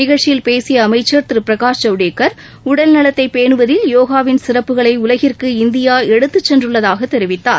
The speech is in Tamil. நிகழ்ச்சியில் பேசிய அமைச்சர் திரு பிரகாஷ் ஜவடேக்கர் உடல் நலத்தை பேணுவதில் போகாவின் சிறப்புகளை உலகிற்கு இந்தியா எடுத்துச் சென்றுள்ளதாகத் தெரிவித்தார்